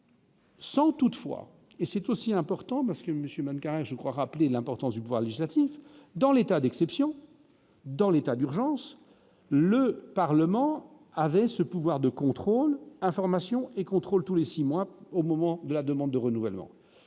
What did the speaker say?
ans. Sans toutefois, et c'est aussi important, parce que Monsieur, mannequin je crois rappeler l'importance du pouvoir législatif dans l'état d'exception dans l'état d'urgence le Parlement avait ce pouvoir de contrôle, information et contrôle tous les 6 mois au moment de la demande de renouvellement,